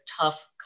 tough